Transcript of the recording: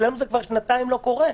אצלנו זה כבר שנתיים לא קורה.